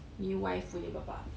ni wife punya bapa